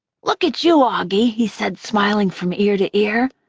look at you, auggie! he said, smiling from ear to ear.